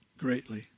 greatly